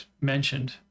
mentioned